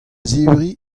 zebriñ